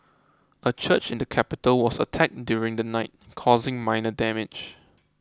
a church in the capital was attacked during the night causing minor damage